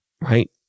Right